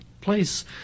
place